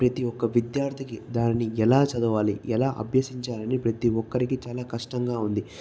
ప్రతి ఒక్క విద్యార్థికి దానిని ఎలా చదవాలి ఎలా అభ్యసించాలని ప్రతి ఒక్కరికి చాలా కష్టంగా ఉంది